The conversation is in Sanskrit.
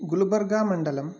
गुल्बर्गामण्दलम्